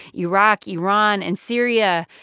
iraq, iran and syria.